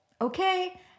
okay